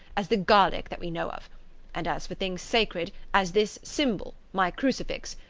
as the garlic that we know of and as for things sacred, as this symbol, my crucifix,